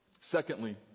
Secondly